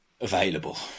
available